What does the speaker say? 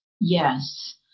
Yes